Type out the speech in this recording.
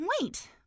Wait